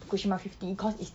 fukushima fifty because it's